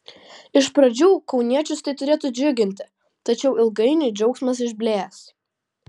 iš pradžių kauniečius tai turėtų džiuginti tačiau ilgainiui džiaugsmas išblės